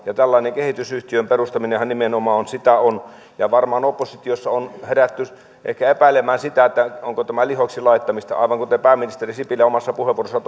ja tällainen kehitysyhtiön perustaminenhan nimenomaan sitä on varmaan oppositiossa on herätty ehkä epäilemään sitä onko tämä lihoiksi laittamista aivan kuten pääministeri sipilä omassa puheenvuorossaan